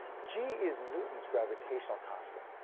g is newton's gravitational constant.